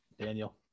Daniel